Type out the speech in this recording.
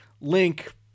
Link